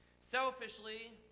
Selfishly